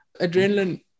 Adrenaline